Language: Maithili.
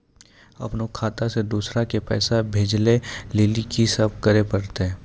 अपनो खाता से दूसरा के पैसा भेजै लेली की सब करे परतै?